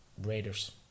Raiders